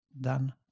done